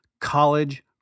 college